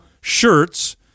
shirts